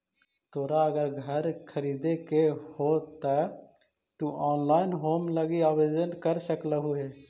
तोरा अगर घर खरीदे के हो त तु ऑनलाइन होम लोन लागी आवेदन कर सकलहुं हे